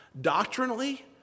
Doctrinally